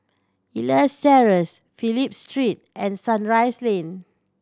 Elias Terrace Phillip Street and Sunrise Lane